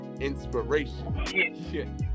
inspiration